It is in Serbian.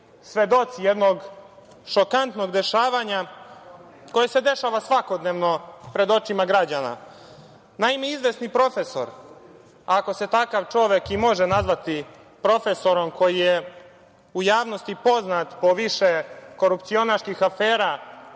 svedoci jednog šokantnog dešavanja koje se dešava svakodnevno pred očima građana. Naime, izvesni profesor, ako se takav čovek i može nazvati profesorom, koji je u javnosti poznat po više korupcionaških afera,